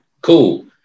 cool